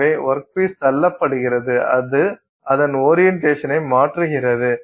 எனவே workpiece தள்ளப்படுகிறது அது அதன் ஓரியன்டெசனை மாற்றுகிறது